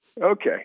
okay